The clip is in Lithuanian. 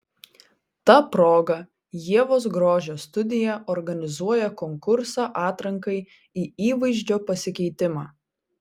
ta proga ievos grožio studija organizuoja konkursą atrankai į įvaizdžio pasikeitimą